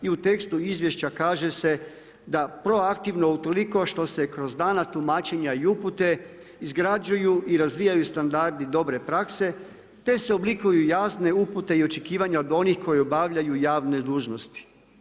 I u tekstu izvješća kaže se da proaktivno utoliko što se kroz dana tumačenja i upute izgrađuju i razvijaju standardi dobre prakse, te se oblikuju jasne upute i očekivanja od onih koji obavljaju javne dužnosti.